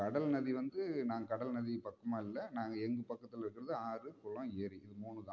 கடல் நதி வந்து நாங்கள் கடல் நதி பக்கமாக இல்லை நாங்கள் எங்கள் பக்கத்தில் இருக்கிறது ஆறு குளம் ஏரி இது மூணு தான்